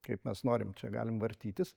kaip mes norim čia galim vartytis